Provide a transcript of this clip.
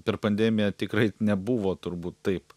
per pandemiją tikrai nebuvo turbūt taip